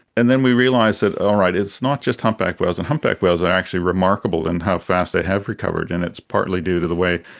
and then we realised that, all right, it's not just humpback whales. and humpback whales are actually remarkable in how fast they have recovered and it's partly due to the way,